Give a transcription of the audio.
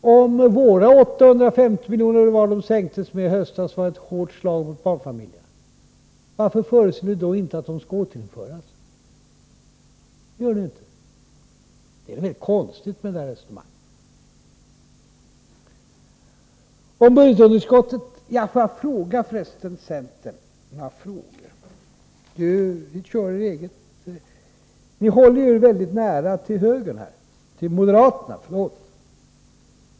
Ifall vår sänkning med — om jag kommer ihåg rätt — 850 miljoner, i höstas var ett hårt slag mot barnfamiljerna, varför föreslår ni då inte att den tidigare nivån skall återinföras? Det gör ni ju inte. Det där resonemanget är rätt konstigt. Får jag ställa några fler frågor till centern. Ni håller er här väldigt nära högern — förlåt moderaterna.